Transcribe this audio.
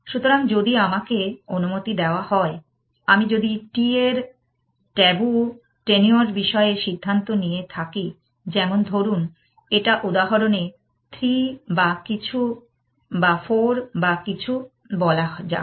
সুতরাং যদি আমাকে অনুমতি দেওয়া হয় আমি যদি t এর ট্যাবু টেনিয়র বিষয়ে সিদ্ধান্ত নিয়ে থাকি যেমন ধরুন এই উদাহরণে 3 বা কিছু বা 4 বা কিছু বলা যাক